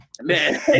Man